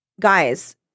guys